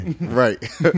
Right